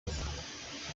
moto